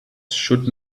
should